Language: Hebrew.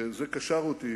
זה קשר אותי